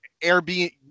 Airbnb